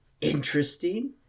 interesting